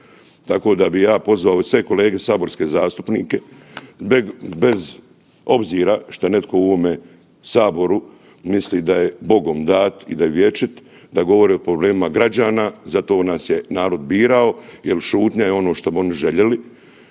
Tako da bih ja pozvao i sve kolege saborske zastupnike bez obzira šta je netko u ovome saboru misli da je Bogom dat i da je vječit, da govori o problemima građana zato nas je narod birao, jer šutnja je ono što bi oni željeli,